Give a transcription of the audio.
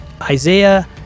Isaiah